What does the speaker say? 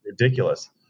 ridiculous